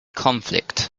conflict